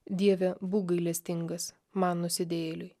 dieve būk gailestingas man nusidėjėliui